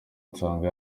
nsanga